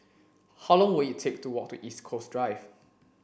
how long will it take to walk to East Coast Drive